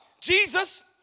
Jesus